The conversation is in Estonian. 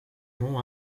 muu